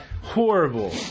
Horrible